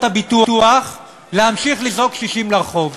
הביטוח להמשיך לזרוק קשישים לרחוב.